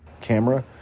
camera